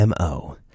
mo